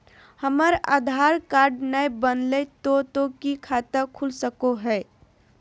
हमर आधार कार्ड न बनलै तो तो की खाता खुल सको है?